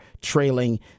trailing